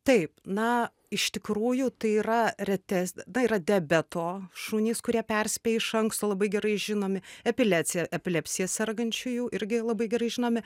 taip na iš tikrųjų tai yra retes ta yra diabeto šunys kurie perspėja iš anksto labai gerai žinomi epiliacija epilepsija sergančiųjų irgi labai gerai žinomi